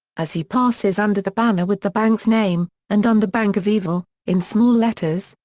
as he passes under the banner with the bank's name, and under bank of evil, in small letters,